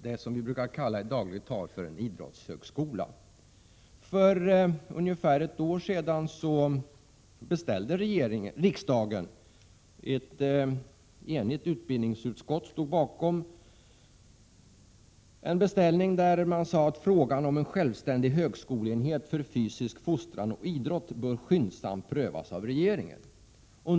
det som handlar om vad vi i dagligt tal brukar kalla för en idrottshögskola. För ungefär ett år sedan förklarade riksdagen — ett enigt utbildningsutskott stod bakom — att frågan om en självständig högskoleenhet för fysisk fostran och idrott skyndsamt borde prövas av regeringen.